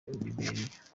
liberia